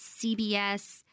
CBS